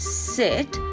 sit